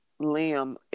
Liam